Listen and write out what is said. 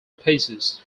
pieces